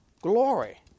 glory